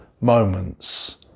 moments